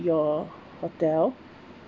your hotel